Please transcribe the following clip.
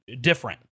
different